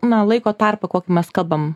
na laiko tarpą kokį mes kalbam